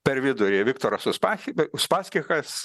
per vidurį viktoras uspaskich uspaskichas